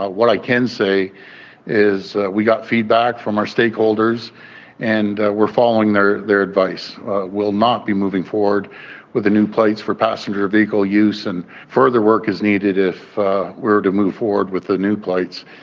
what i can say is we got feedback from our stakeholders and we're following their their advice will not be moving forward with the new plates for passenger vehicle use and further work is needed if we're to move forward with the new plates.